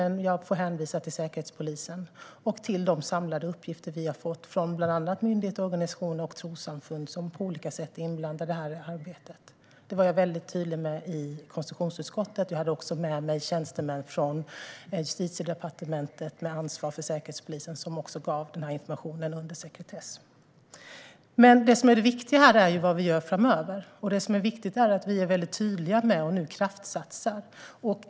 Jag får hänvisa till Säkerhetspolisen och till de samlade uppgifter vi har fått från bland annat myndigheter, organisationer och trossamfund som på olika sätt är inblandade i detta arbete. Detta var jag väldigt tydlig med i konstitutionsutskottet. Jag hade också med mig tjänstemän från Justitiedepartementet med ansvar för Säkerhetspolisen som gav denna information under sekretess. Men det som är det viktiga är vad vi gör framöver. Det som är viktigt är att vi är väldigt tydliga och nu kraftsatsar.